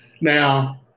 now